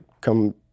come